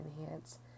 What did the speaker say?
enhance